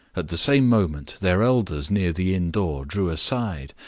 at the same moment, their elders near the inn door drew aside,